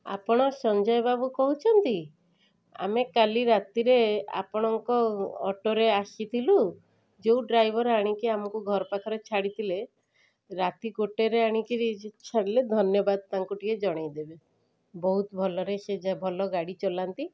ଆପଣ ସଞ୍ଜୟବାବୁ କହୁଛନ୍ତି ଆମେ କାଲି ରାତିରେ ଆପଣଙ୍କ ଅଟୋରେ ଆସିଥିଲୁ ଯେଉଁ ଡ୍ରାଇଭର ଆଣିକି ଆମକୁ ଘର ପାଖରେ ଛାଡ଼ିଥିଲେ ରାତି ଗୋଟାଏରେ ଆଣିକରି ଛାଡ଼ିଲେ ଧନ୍ୟବାଦ ତାଙ୍କୁ ଟିକିଏ ଜଣେଇଦେବେ ବହୁତ ଭଲରେ ସେ ଯା ଭଲ ଗାଡ଼ି ଚଲାନ୍ତି